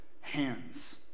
hands